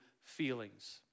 feelings